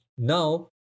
Now